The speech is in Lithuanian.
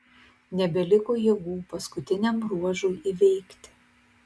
nebeliko jėgų paskutiniam ruožui įveikti